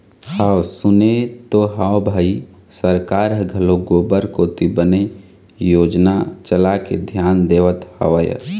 हव सुने तो हव भई सरकार ह घलोक गोबर कोती बने योजना चलाके धियान देवत हवय